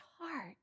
heart